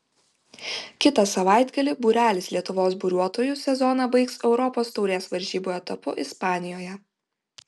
kitą savaitgalį būrelis lietuvos buriuotojų sezoną baigs europos taurės varžybų etapu ispanijoje